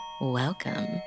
welcome